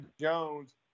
Jones